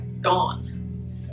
gone